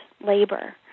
labor